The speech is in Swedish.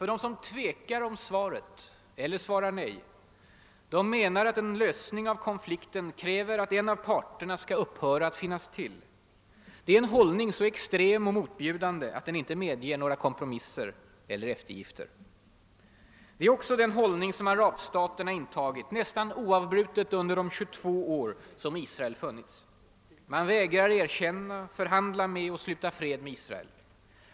De som tvekar om svaret eller svarar nej menar att en lösning av konflikten krä . ver att en av parterna skall upphöra att finnas till. Det är en hållning så extrem och motbjudande att den inte medger några kompromisser eller eftergifter. Det är också den hållning som arabstaterna intagit nästan oavbrutet under de 22 år som Israel har funnits. Man vägrar att erkänna, förhandla med och sluta fred med Israel.